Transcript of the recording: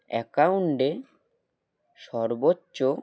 অ্যাকাউন্টে সর্বোচ্চ